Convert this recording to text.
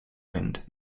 wind